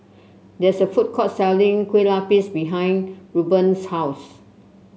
there is a food court selling Kue Lupis behind Reuben's house